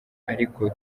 ariko